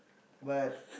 but